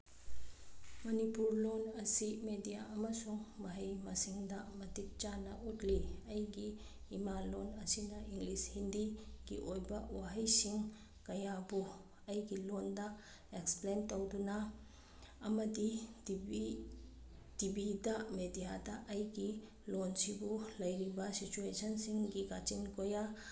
ꯃꯅꯤꯄꯨꯔ ꯂꯣꯟ ꯑꯁꯤ ꯃꯦꯗꯤꯌꯥ ꯑꯃꯁꯨꯡ ꯃꯍꯩ ꯃꯁꯤꯡꯗ ꯃꯇꯤꯛ ꯆꯥꯅ ꯎꯠꯂꯤ ꯑꯩꯒꯤ ꯏꯃꯥ ꯂꯣꯟ ꯑꯁꯤꯅ ꯏꯪꯂꯤꯁ ꯍꯤꯟꯗꯤꯒꯤ ꯑꯣꯏꯕ ꯋꯥꯍꯩꯁꯤꯡ ꯀꯌꯥꯕꯨ ꯑꯩꯒꯤ ꯂꯣꯟꯗ ꯑꯦꯛꯁꯄ꯭ꯂꯦꯟ ꯇꯧꯗꯨꯅ ꯑꯃꯗꯤ ꯇꯤ ꯚꯤ ꯇꯤꯚꯤꯗ ꯃꯦꯗꯤꯌꯥꯗ ꯑꯩꯒꯤ ꯂꯣꯟꯁꯤꯕꯨ ꯂꯩꯔꯤꯕ ꯁꯤꯆ꯭ꯋꯦꯁꯟꯁꯤꯡꯒꯤ ꯋꯥꯆꯤꯟ ꯀꯣꯌꯥ